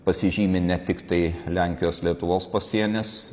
pasižymi ne tiktai lenkijos lietuvos pasienis